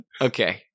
Okay